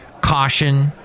caution